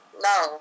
No